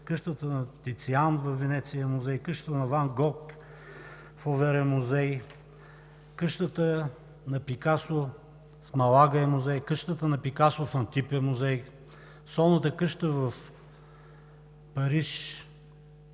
къщата на Тициан във Венеция е музей, къщата на Ван Гог в Овер е музей, къщата на Пикасо в Малага е музей, къщата на Пикасо в Антиб е музей, Солната къща в Париж на